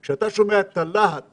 כשאתה שומע את הלהט